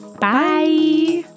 Bye